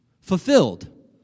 Fulfilled